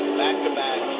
back-to-back